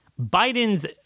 Biden's